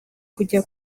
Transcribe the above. kujya